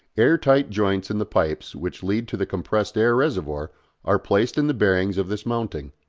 air-tight joints in the pipes which lead to the compressed air reservoir are placed in the bearings of this mounting.